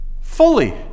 Fully